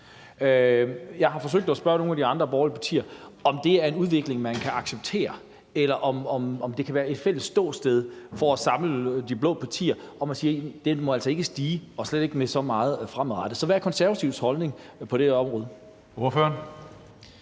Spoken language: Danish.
Jeg har forsøgt at spørge nogle af de andre borgerlige partier, om det er en udvikling, man kan acceptere, eller om det kan være et fælles ståsted for at samle de blå partier om at sige: Den må altså ikke stige fremadrettet, og slet ikke med så meget. Så hvad er Konservatives holdning på det her område? Kl.